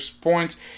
points